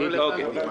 אוקיי.